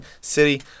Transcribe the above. City